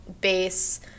base